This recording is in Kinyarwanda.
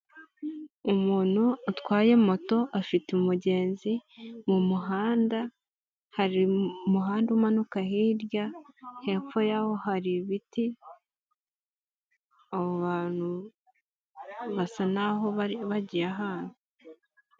Umuntu atwaye moto afite umugenzi mu muhanda, hari umuhanda umanuka hirya hepfo yaho hari ibiti, abantu basa naho bari bagiye ahantu.